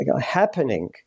happening